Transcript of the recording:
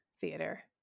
theater